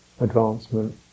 advancement